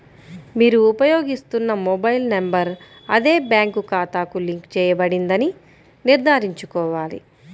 మీరు ఉపయోగిస్తున్న mobile number అదే బ్యాంక్ ఖాతాకు లింక్ చేయబడిందని నిర్ధారించుకోవాలి